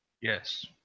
yes